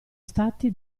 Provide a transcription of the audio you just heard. stati